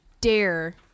dare